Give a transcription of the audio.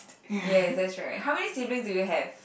yes that's right how many siblings do you have